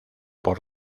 por